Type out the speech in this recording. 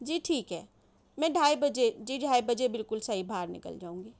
جی ٹھیک ہے میں ڈھائی بجے جی ڈھائی بجے بالکل صحیح باہر نکل جاؤں گی